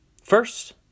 First